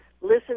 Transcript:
listen